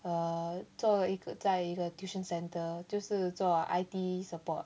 err 做一个在一个 tuition centre 就是做 I_T support